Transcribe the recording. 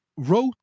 wrote